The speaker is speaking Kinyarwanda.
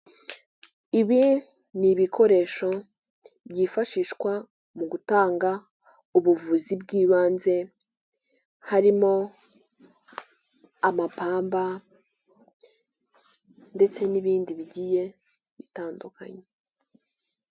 Ibi n'ibikokoresho byifashishwa mugutanga ubuvuzi bw'ibanze harimo amapamba ndetse n'ibindi bigiye bitandukanye.